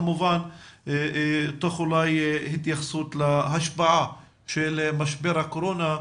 כמובן תוך התייחסות להשפעה של משבר הקורונה,